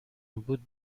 بودم